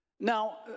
Now